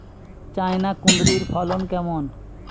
China কুঁদরীর ফলন কেমন?